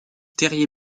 terrier